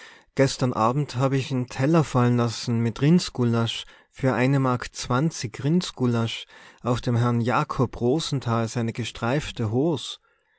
gestern abend hab ich'n teller fallen lassen mit rindsgulasch für eine mark zwanzig rindsgulasch auf dem herrn jakob rosenthal seine gestreifte